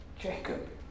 Jacob